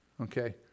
Okay